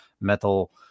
Metal